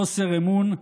חוסר אמון,